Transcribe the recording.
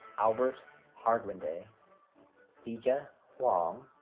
albert harguindey sijia huang,